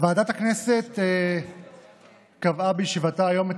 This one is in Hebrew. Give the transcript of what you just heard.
ועדת הכנסת קבעה בישיבתה היום את